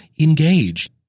engage